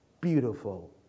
beautiful